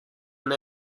and